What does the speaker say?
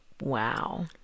wow